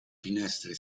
finestre